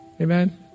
Amen